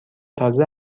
تازه